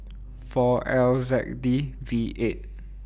four L Z K D V eight